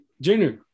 Junior